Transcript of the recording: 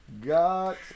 got